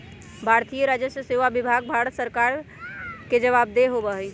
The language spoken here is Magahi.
भारतीय राजस्व सेवा विभाग भारत सरकार के जवाबदेह होबा हई